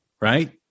right